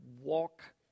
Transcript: walk